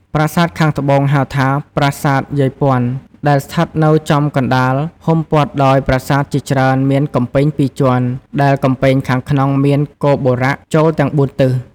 ប្រាសាទខាងត្បូង ហៅថា ប្រាសាទយាយព័ន្ធ ដែលស្ថិតនៅចំកណ្តាលហ៊ុំព័ទ្ធដោយប្រាសាទ ជាច្រើន មានកំពែងពីរជាន់ ដែលកំពែងខាងក្នុងមាន គោបុរៈ ចូលទាំងបួនទិស។